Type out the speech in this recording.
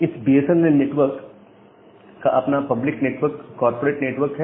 इस BSNL network का अपना पब्लिक नेटवर्क कॉरपोरेट नेटवर्क है